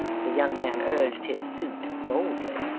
the young man urged his suit boldly